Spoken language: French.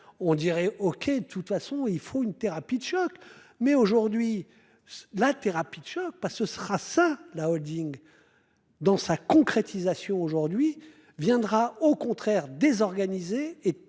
on dirait OK de toute façon il faut une thérapie de choc mais aujourd'hui. La thérapie de choc pas ce sera ça la Holding. Dans sa concrétisation aujourd'hui viendra au contraire désorganisé et